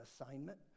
assignment